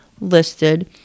listed